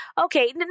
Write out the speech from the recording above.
okay